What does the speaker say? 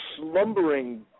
slumbering